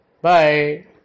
Bye